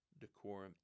decorum